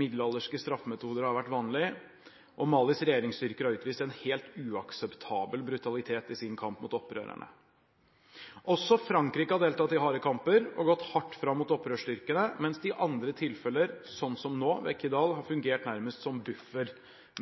middelalderske straffemetoder har vært vanlig. Malis regjeringsstyrker har utvist en helt uakseptabel brutalitet i sin kamp mot opprørerne. Også Frankrike har deltatt i harde kamper og gått hardt fram mot opprørsstyrkene, mens de i andre tilfeller, sånn som nå ved Kidal, har fungert nærmest som en buffer